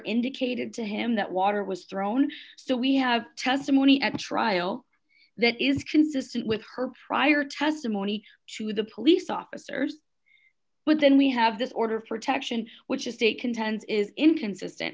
indicated to him that water was thrown so we have testimony at trial that is consistent with her prior testimony to the police officers but then we have this order of protection which a state contends is inconsistent